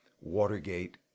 Watergate